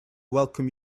welcome